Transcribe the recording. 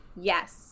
yes